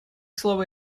слово